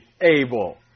able